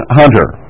hunter